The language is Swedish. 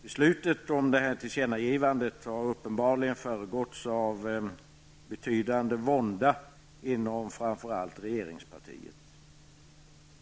Beslutet om detta tillkännagivande har uppenbarligen föregåtts av betydande vånda inom framför allt regeringspartiet.